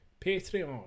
patreon